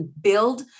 build